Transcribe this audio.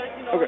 Okay